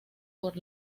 por